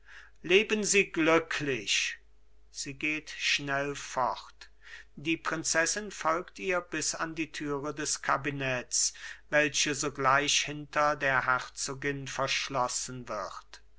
leben sie glücklich sie geht schnell fort die prinzessin folgt ihr bis an die türe des kabinetts welche sogleich hinter der herzogin verschlossen wird